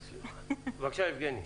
בבקשה, יבגני.